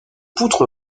poutre